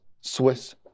Swiss